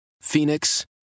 Phoenix